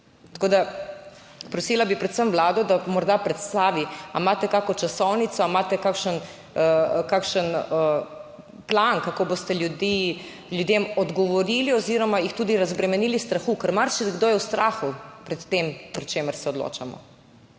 Tako da, prosila bi predvsem Vlado, da morda predstavi ali imate kakšno časovnico, ali imate kakšen plan, kako boste ljudem odgovorili oziroma jih tudi razbremenili strahu, ker marsikdo je v strahu pred tem, o čemer se odločamo?